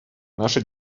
наша